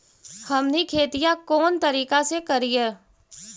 हमनी खेतीया कोन तरीका से करीय?